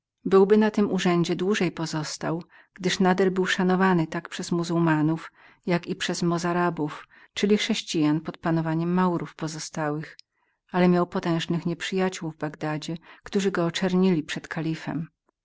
byłby na tym urzędzie dłużej pozostał gdyż nader był szanowany tak od muzułmanów jak od mossarabów czyli chrześcijan pod panowaniem maurów pozostałych ale massud miał potężnych nieprzyjaciół w bagdadzie którzy go oczernili przed kalifem